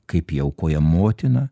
kaip jį aukoja motina